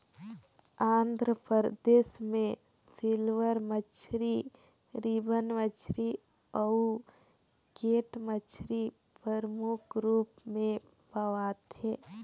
आंध्र परदेस में सिल्वर मछरी, रिबन मछरी अउ कैट मछरी परमुख रूप में पवाथे